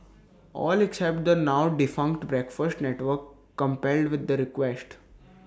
all except the now defunct breakfast network complied with the request